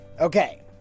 okay